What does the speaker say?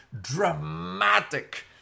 dramatic